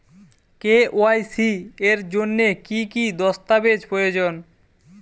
KYC এর জন্যে কি কি দস্তাবেজ প্রয়োজন?